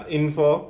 info